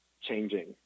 changing